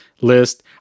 list